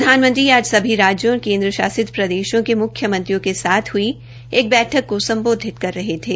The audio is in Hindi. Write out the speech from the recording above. प्रधानमंत्री ने आज सभी राज्यों और केन्द्र शासित प्रदेशों के म्ख्यमंत्रियों के साथ हुई एक बैठक को सम्बोधित कर रहे थे